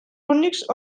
únics